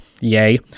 yay